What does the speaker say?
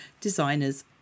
designers